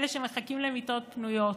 אלה שמחכים למיטות פנויות,